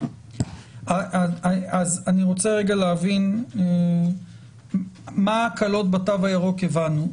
אז אני רוצה רגע להבין מה ההקלות בתו הירוק הבנו,